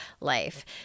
life